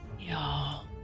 y'all